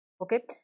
okay